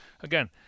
again